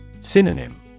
Synonym